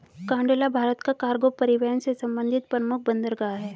कांडला भारत का कार्गो परिवहन से संबंधित प्रमुख बंदरगाह है